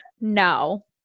no